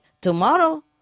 Tomorrow